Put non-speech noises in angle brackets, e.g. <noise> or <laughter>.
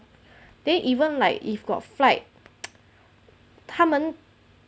then even like if got flight <noise> 他们